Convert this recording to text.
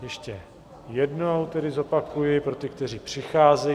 Ještě jednou tedy zopakuji pro ty, kteří přicházejí.